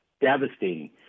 devastating